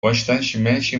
constantemente